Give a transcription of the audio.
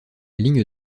ligne